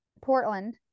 Portland